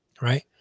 Right